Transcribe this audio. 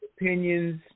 opinions